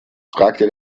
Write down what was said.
fragte